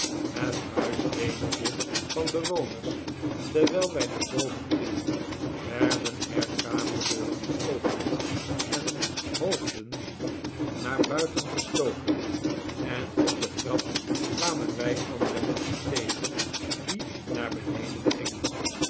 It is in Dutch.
het huis wemelde van bewoners terwijl wij naar boven gingen werden er kamerdeuren geopend en hoofden naar buiten gestoken en op de trap kwamen wij andere menschen tegen die naar beneden gingen